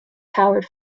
powered